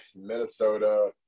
Minnesota